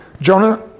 jonah